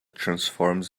transforms